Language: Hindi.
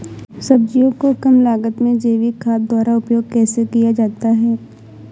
सब्जियों को कम लागत में जैविक खाद द्वारा उपयोग कैसे किया जाता है?